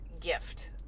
gift